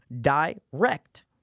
direct